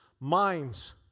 minds